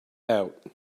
out